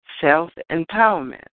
self-empowerment